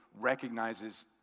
recognizes